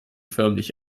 förmlich